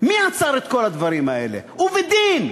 מי עצר את כל הדברים האלה, ובדין?